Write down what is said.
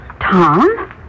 Tom